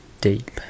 deep